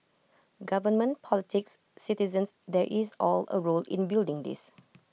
government politics citizens there is all A role in building this